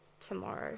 tomorrow